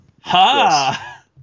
Ha